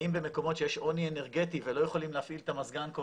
האם במקומות שיש עוני אנרגטי ולא יכולים להפעיל את המזגן כל